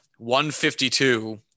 152